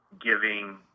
giving